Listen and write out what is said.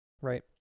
right